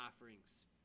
offerings